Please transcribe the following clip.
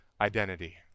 identity